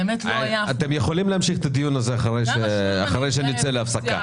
אתם יכולים להמשיך את הדיון הזה אחרי שנצא להפסקה.